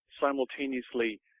simultaneously